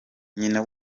nyina